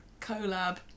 Collab